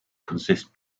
consist